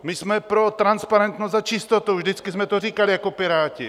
My jsme pro transparentnost a čistotu, vždycky jsme to říkali jako Piráti!